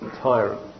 tyrant